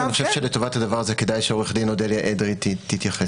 לטובת זה כדאי שעורכת הדין אודליה אדרי תתייחס.